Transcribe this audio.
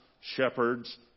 shepherds